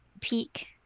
peak